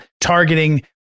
targeting